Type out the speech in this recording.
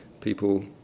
people